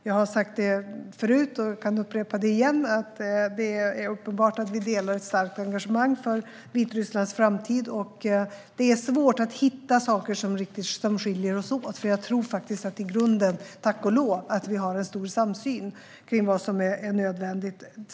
Jag har sagt det förut och kan upprepa att det är uppenbart att vi delar ett starkt engagemang för Vitrysslands framtid. Det är svårt att hitta saker som skiljer oss åt, för jag tror faktiskt att vi i grunden har en stor samsyn, tack och lov, kring vad som är nödvändigt.